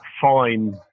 fine